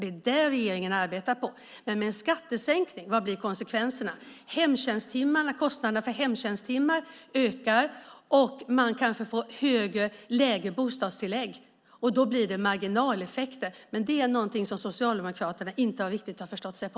Det är det regeringen jobbar på. Men vad blir konsekvenserna av en skattesänkning? Kostnaderna för hemtjänsttimmar ökar, och man kanske får lägre bostadstillägg. Det blir marginaleffekter, men det är något som Socialdemokraterna inte riktigt har förstått sig på.